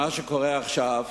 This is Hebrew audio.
מה שקורה עכשיו,